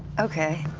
okay.